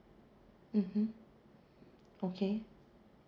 mmhmm okay